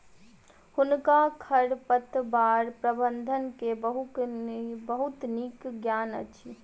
हुनका खरपतवार प्रबंधन के बहुत नीक ज्ञान अछि